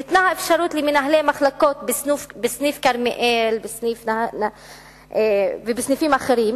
ניתנה האפשרות למנהלי מחלקות בסניף כרמיאל ובסניפים אחרים,